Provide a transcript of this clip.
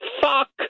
fuck